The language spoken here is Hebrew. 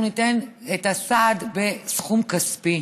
אנחנו ניתן את הסעד בסכום כספי.